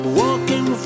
walking